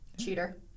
Cheater